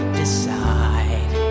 decide